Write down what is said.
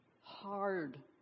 Hard